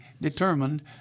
determined